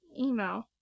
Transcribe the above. email